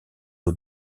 aux